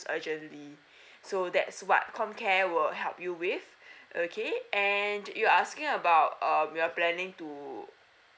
urgently so that's what com care will help you with okay and you are asking about err we're planning to